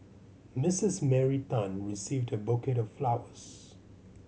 Misses Mary Tan received a bouquet of flowers